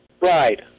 Right